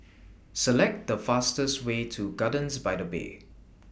Select The fastest Way to Gardens By The Bay